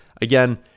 Again